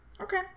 okay